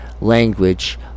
language